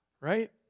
right